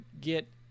get